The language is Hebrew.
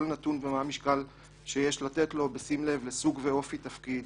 נתון ומה המשקל שיש לתת לו בשים לב לסוג ואופי תפקיד,